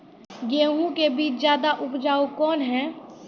गेहूँ के बीज ज्यादा उपजाऊ कौन है?